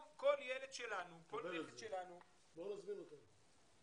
נזמין אותם.